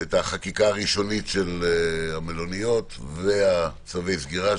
את החקיקה הראשונית של המלוניות וצווי הסגירה,